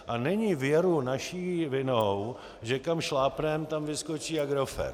A není věru naší vinou, že kam šlápneme, tam vyskočí Agrofert.